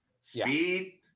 speed